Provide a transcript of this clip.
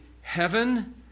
heaven